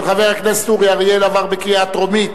התשע"א 2010,